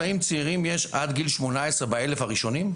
צעירים יש עד גיל 18 ב-1,000 הראשונים?